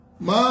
Ma